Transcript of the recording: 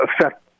affect